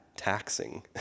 taxing